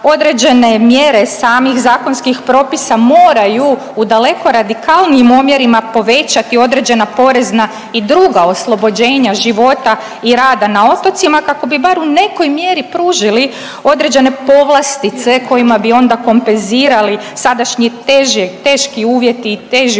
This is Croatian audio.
određene mjere samih zakonskih propisa moraju u daleko radikalnijim omjerima povećati određena porezna i druga oslobođenja života i rada na otocima kako bi bar u nekoj mjeri pružili određene povlastice kojima bi se kompenzirali sadašnji teži uvjeti života